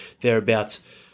thereabouts